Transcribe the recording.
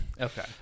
Okay